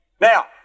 Now